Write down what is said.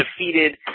defeated